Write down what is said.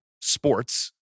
sports